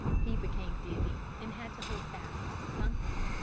he became dizzy and had to hold fast to something.